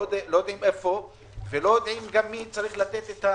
לא יודעים היכן הוא וגם לא יודעים מי צריך לתת.